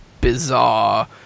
bizarre